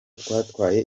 twatwaye